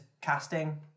casting